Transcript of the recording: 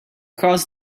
cross